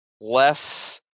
less